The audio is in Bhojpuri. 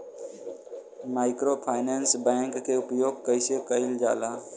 माइक्रोफाइनेंस बैंक के उपयोग कइसे कइल जाला?